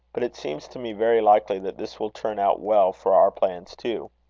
but it seems to me very likely that this will turn out well for our plans, too.